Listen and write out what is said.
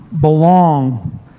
belong